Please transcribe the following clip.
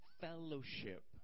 fellowship